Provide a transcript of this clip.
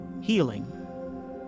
healing